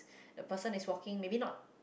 the person is walking maybe not